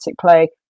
play